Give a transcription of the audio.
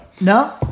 No